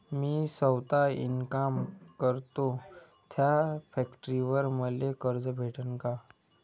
मी सौता इनकाम करतो थ्या फॅक्टरीवर मले कर्ज भेटन का?